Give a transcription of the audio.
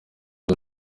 byo